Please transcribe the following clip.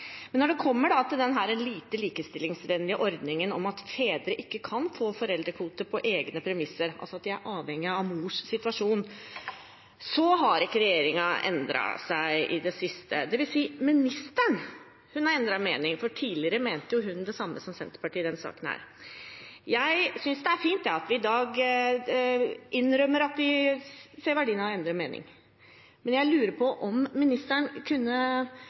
Men når det kommer til denne lite likestillingsvennlige ordningen om at fedre ikke kan få foreldrekvote på egne premisser, altså at de er avhengige av mors situasjon, har ikke regjeringen endret seg i det siste – det vil si ministeren har endret mening, for tidligere mente hun det samme som Senterpartiet i den saken. Jeg synes det er fint at vi i dag innrømmer at vi ser verdien av å endre mening. Men jeg lurer på om ministeren kunne